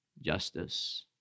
justice